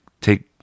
take